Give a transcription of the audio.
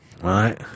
Right